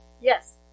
Yes